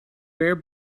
rare